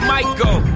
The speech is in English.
Michael